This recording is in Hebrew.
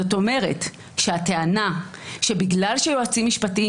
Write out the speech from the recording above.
זאת אומרת שהטענה שבגלל שליועצים משפטיים